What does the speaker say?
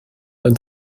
ein